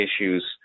issues